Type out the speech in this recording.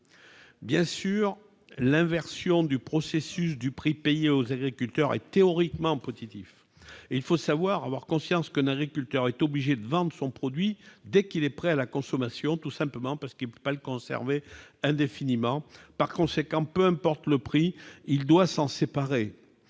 Bien sûr, l'inversion du processus du prix payé aux agriculteurs est théoriquement positive. Mais il faut savoir ou avoir conscience qu'un agriculteur est obligé de vendre son produit dès qu'il est prêt à la consommation, tout simplement parce qu'il ne peut pas le conserver indéfiniment. Par conséquent, peu importe le prix, il doit s'en séparer.